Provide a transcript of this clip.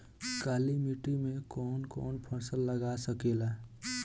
काली मिट्टी मे कौन कौन फसल लाग सकेला?